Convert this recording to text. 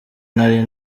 nari